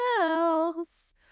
else